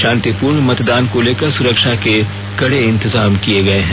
शांतिपूर्ण मतदान को लेकर सुरक्षा के कड़े इंतजाम किए गए हैं